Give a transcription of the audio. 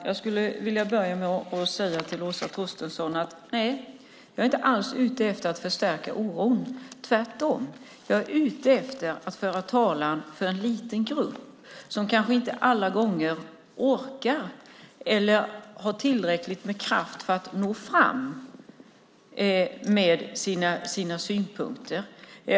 Fru talman! Jag vill börja med att säga till Åsa Torstensson att jag inte alls är ute efter att förstärka oron. Jag är tvärtom ute efter att föra talan för en liten grupp som kanske inte alla gånger orkar eller har tillräckligt med kraft för att nå fram med sina synpunkter. Fru talman!